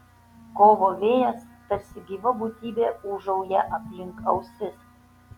kovo vėjas tarsi gyva būtybė ūžauja aplink ausis